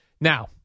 Now